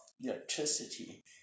electricity